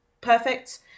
perfect